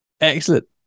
Excellent